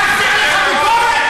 כי מתחתי עליך ביקורת?